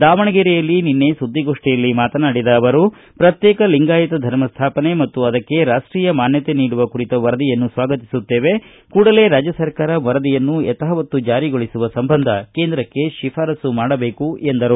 ದಾವಣಗೆರೆಯಲ್ಲಿ ನಿನ್ನೆ ಸುದ್ದಿಗೋಷ್ಠಿಯಲ್ಲಿ ಮಾತನಾಡಿದ ಅವರು ಪ್ರಕ್ಶೇಕ ಲಿಂಗಾಯತ ಧರ್ಮ ಸ್ಥಾಪನೆ ಮತ್ತು ಅದಕ್ಕೆ ರಾಷ್ಷೀಯ ಮಾನ್ನತೆ ನೀಡುವ ಕುರಿತ ವರದಿಯನ್ನು ಸ್ವಾಗತಿಸುತ್ತೇವೆ ಕೂಡಲೇ ರಾಜ್ಯ ಸರ್ಕಾರ ವರದಿಯನ್ನು ಯಥಾವತ್ತು ಜಾರಿಗೊಳಿಸುವ ಸಂಬಂಧ ಕೇಂದ್ರಕ್ಕೆ ಶಿಫಾರಸ್ಸು ಮಾಡಬೇಕು ಎಂದರು